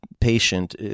patient